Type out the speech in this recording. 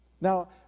Now